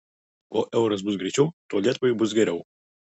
kuo euras bus greičiau tuo lietuvai bus geriau